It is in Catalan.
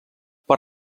per